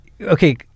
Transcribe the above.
okay